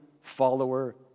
follower